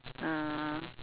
ah